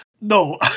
No